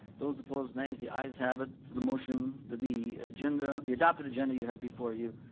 those opposed, nays, the ayes have it. so the motion, the the agenda, the adopted agenda you have before you